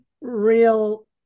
real